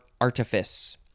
artifice